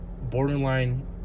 borderline